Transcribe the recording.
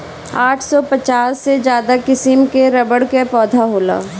आठ सौ पचास से ज्यादा किसिम कअ रबड़ कअ पौधा होला